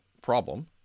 problem